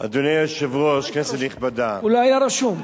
אדוני היושב-ראש, כנסת נכבדה, הוא לא היה רשום.